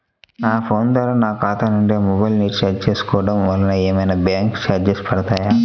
నా ఫోన్ ద్వారా నా ఖాతా నుండి మొబైల్ రీఛార్జ్ చేసుకోవటం వలన ఏమైనా బ్యాంకు చార్జెస్ పడతాయా?